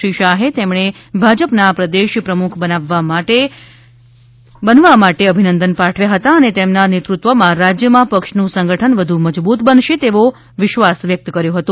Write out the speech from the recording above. શ્રી શાહે તેમણે ભાજપના પ્રદેશ પ્રમુખ બનવા માટે અભિનંદન પાઠવ્યા હતા અને તેમના નેતૃત્વમાં રાજયમાં પક્ષનું સંગઠન વધુ મજબૂત બનશે તેવો વિશ્વાસ વ્યક્ત કર્યો હતો